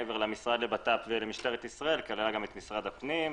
מעבר למשרד הבט"פ ולמשטרת ישראל כללה גם את משרד הפנים,